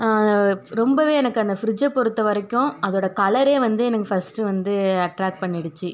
ரொம்பவே எனக்கு அந்த ஃப்ரிட்ஜை பொறுத்தவரைக்கும் அதோட கலரே வந்து எனக்கு ஃபஸ்ட்டு வந்து அட்ராக்ட் பண்ணிடுச்சு